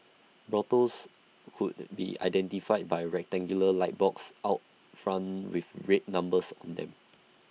brothels could be identified by A rectangular light box out front with red numbers on them